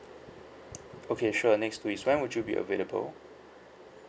okay sure next week when would you be available